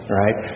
right